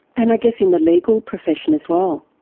and i guess in the legal profession as well.